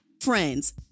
friends